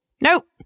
Nope